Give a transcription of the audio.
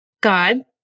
God